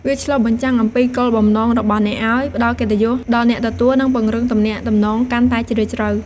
វាឆ្លុះបញ្ចាំងអំពីគោលបំណងរបស់អ្នកឱ្យ ផ្ដល់កិត្តិយសដល់អ្នកទទួល និងពង្រឹងទំនាក់ទំនងកាន់តែជ្រាលជ្រៅ។